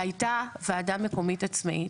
שהייתה וועדה מקומית עצמאית,